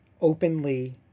openly